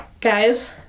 Guys